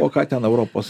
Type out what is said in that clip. o ką ten europos